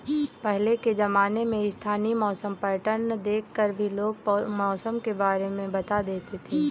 पहले के ज़माने में स्थानीय मौसम पैटर्न देख कर भी लोग मौसम के बारे में बता देते थे